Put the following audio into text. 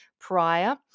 prior